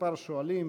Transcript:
כמה שואלים,